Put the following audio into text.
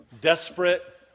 desperate